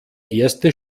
erste